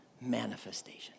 manifestation